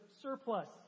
surplus